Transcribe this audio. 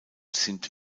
sind